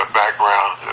background